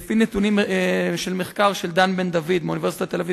לפי נתונים של מחקר של דן בן-דוד מאוניברסיטת תל-אביב,